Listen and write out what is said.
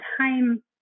time